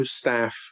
staff